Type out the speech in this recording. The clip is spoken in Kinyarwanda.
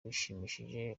bashimishije